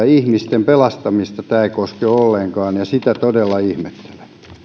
ihmisten pelastamista tämä ei koske ollenkaan ja sitä todella ihmettelen